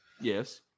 yes